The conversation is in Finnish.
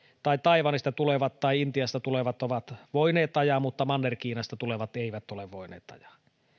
tai taiwanista tai intiasta tulevat ovat voineet ajaa mutta manner kiinasta tulevat eivät ole voineet ajaa